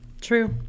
True